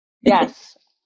Yes